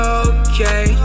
okay